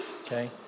Okay